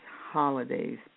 holidays